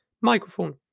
microphone